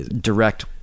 direct